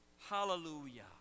Hallelujah